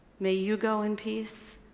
may you go in peace,